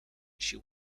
she